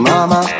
Mama